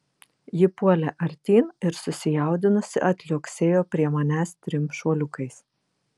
ji puolė artyn ir susijaudinusi atliuoksėjo prie manęs trim šuoliukais